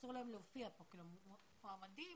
אסור להופיע פה, למועמדים